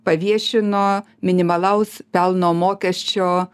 paviešino minimalaus pelno mokesčio